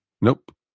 Nope